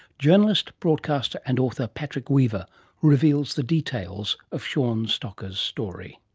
journalist, broadcaster and author patrick weaver reveals the details of shaun stocker's story.